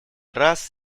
раз